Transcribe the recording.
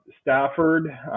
Stafford